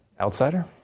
Outsider